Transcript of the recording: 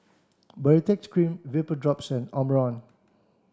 Baritex cream Vapodrops and Omron